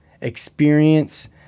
experience